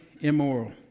immoral